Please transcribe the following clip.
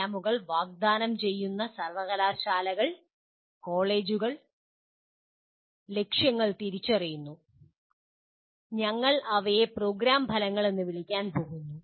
പ്രോഗ്രാമുകൾ വാഗ്ദാനം ചെയ്യുന്ന സർവ്വകലാശാലകൾ കോളേജുകൾ "ലക്ഷ്യങ്ങൾ" തിരിച്ചറിയുന്നു ഞങ്ങൾ അവയെ "പ്രോഗ്രാം ഫലങ്ങൾ" എന്ന് വിളിക്കാൻ പോകുന്നു